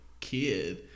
kid